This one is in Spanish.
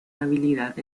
habilidad